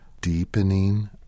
deepening